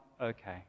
okay